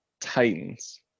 Titans